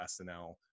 SNL